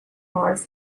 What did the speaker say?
mars